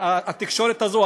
התקשורת הזאת,